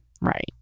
Right